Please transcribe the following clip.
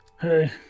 Hey